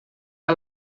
que